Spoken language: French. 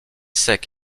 sec